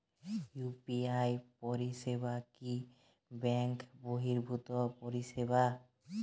UPI পরিসেবা কি bank বর্হিভুত পরিসেবা?